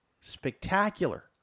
spectacular